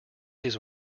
his